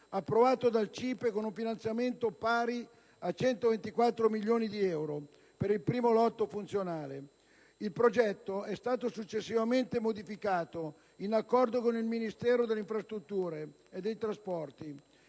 approvato dal CIPE con un finanziamento pari a 124 milioni di euro per il primo lotto funzionale. Il progetto è stato successivamente modificato, in accordo con il Ministero delle infrastrutture e dei trasporti,